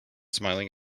smiling